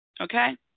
Okay